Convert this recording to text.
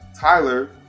Tyler